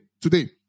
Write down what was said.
today